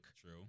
true